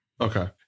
Okay